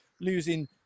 losing